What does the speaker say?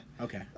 Okay